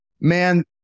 Man